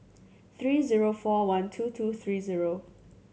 three zero four one two two three zero